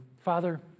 Father